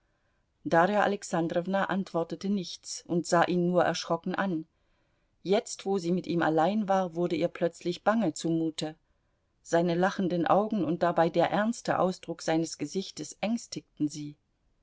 darja alexandrowna antwortete nichts und sah ihn nur erschrocken an jetzt wo sie mit ihm allein war wurde ihr plötzlich bange zumute seine lachenden augen und dabei der ernste ausdruck seines gesichtes ängstigten sie